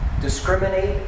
discriminate